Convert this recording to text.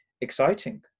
Exciting